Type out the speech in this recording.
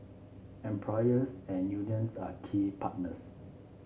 employers and unions are key partners